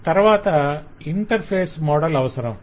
తరవాత interface model అవసరం